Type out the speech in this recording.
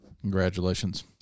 congratulations